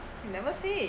you never say